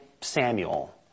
Samuel